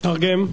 תרגם.